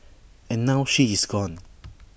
and now she is gone